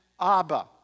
Abba